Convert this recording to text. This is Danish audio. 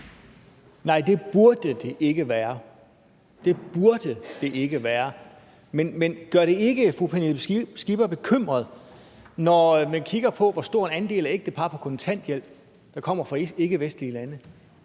Nej, det burde det ikke være – det burde det ikke være. Men gør det ikke fru Pernille Skipper bekymret, når man kigger på, hvor stor en andel af ægtepar på kontanthjælp, der kommer fra ikkevestlige lande?